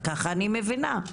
ככה אני מבינה,